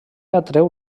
atreu